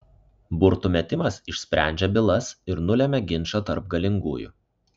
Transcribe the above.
burtų metimas išsprendžia bylas ir nulemia ginčą tarp galingųjų